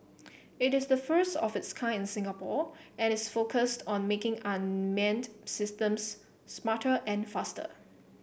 it is the first of its kind in Singapore and is focused on making unmanned systems smarter and faster